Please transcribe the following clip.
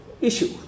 issue